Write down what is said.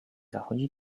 zachodzi